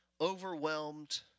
overwhelmed